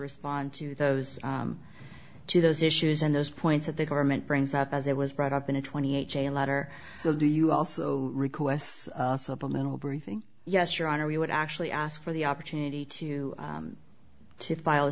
respond to those to those issues and those points that the government brings up as it was brought up in a twenty eight j a letter so do you also requests a subliminal briefing yes your honor we would actually ask for the opportunity to